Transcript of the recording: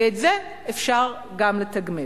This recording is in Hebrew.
ואת זה אפשר גם לתגמל.